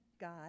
God